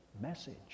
message